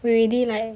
we already like